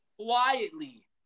quietly